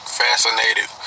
fascinated